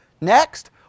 Next